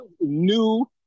new